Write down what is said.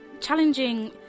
challenging